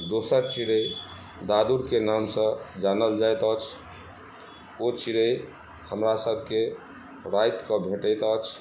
दोसर चिड़ै दादुरके नामसँ जानल जाइत अछि ओ चिड़ै हमरा सभके राति कऽ भेटैत अछि